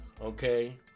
okay